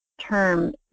term